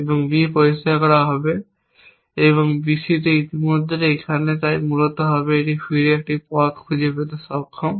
এবং B পরিষ্কার করা হবে এবং BC তে ইতিমধ্যেই এখানে এবং তাই মূলত হবে ফিরে একটি পথ খুঁজে পেতে সক্ষম